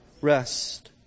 Rest